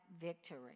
victory